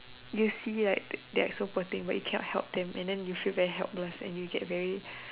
you see like they are so poor thing but you cannot help them and then you feel like very helpless and you get very